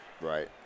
Right